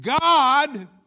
God